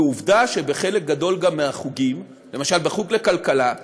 ועובדה שגם בחלק גדול מהחוגים, למשל, בחוג לכלכלה,